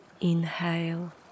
inhale